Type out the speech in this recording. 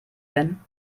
denn